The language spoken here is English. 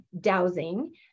dowsing